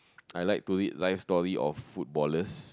I like to read life story of footballers